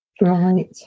Right